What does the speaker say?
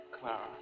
Clara